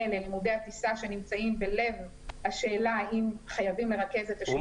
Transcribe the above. ללימודי הטיסה שנמצאים בלב השאלה האם חייבים לרכז --- סליחה,